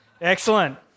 Excellent